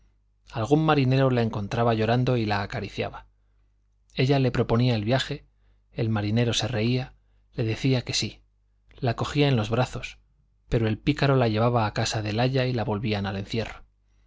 algún marinero la encontraba llorando y la acariciaba ella le proponía el viaje el marinero se reía le decía que sí la cogía en los brazos pero el pícaro la llevaba a casa del aya y la volvían al encierro